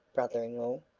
brother-in-law,